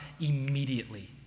immediately